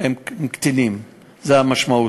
הם קטינים, זאת המשמעות.